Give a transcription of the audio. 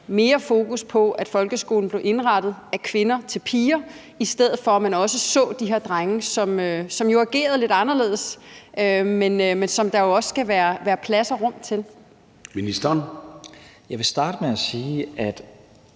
mere fokus på, at folkeskolen blev indrettet af kvinder til piger, i stedet for at man også så de her drenge, som jo agerede lidt anderledes, men som der også skal være plads og rum til? Kl. 14:00 Formanden